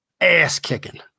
ass-kicking